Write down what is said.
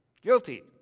Guilty